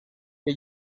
que